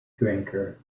drinker